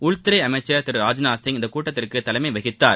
உள்துறை அமைச்சர் திரு ராஜ்நாத் சிங் இந்தக் கூட்டத்திற்கு தலைமை வகித்தார்